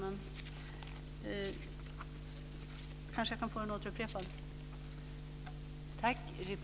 Jag kanske kan få frågan upprepad.